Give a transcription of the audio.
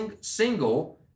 single